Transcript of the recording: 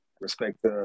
respect